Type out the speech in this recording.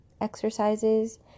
exercises